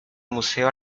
museo